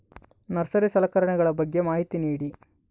Nursery ಸಲಕರಣೆಗಳ ಬಗ್ಗೆ ಮಾಹಿತಿ ನೇಡಿ?